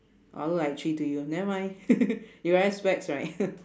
orh look like three to you nevermind you wear specs right